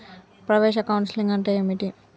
ప్రవేశ కౌన్సెలింగ్ అంటే ఏమిటి?